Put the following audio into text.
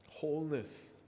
Wholeness